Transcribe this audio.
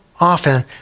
often